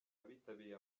abitabiriye